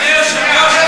אדוני היושב-ראש,